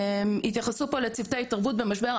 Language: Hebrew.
התייחסו פה לצוותי התערבות במשבר.